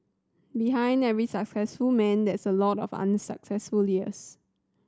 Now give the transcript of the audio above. behind every successful man there's a lot of unsuccessful years